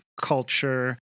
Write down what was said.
culture